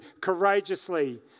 courageously